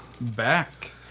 back